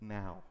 now